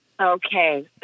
Okay